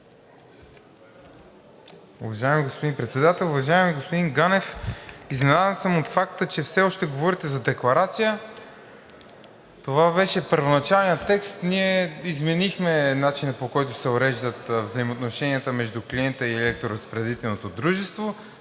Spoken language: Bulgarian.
Уважаеми господин Председател, уважаеми господин Ганев, изненадан съм от факта, че все още говорите за декларация. Това беше първоначалният текст, ние изменихме начина, по който се уреждат взаимоотношенията между клиента и електроразпределителното дружество.